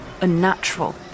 unnatural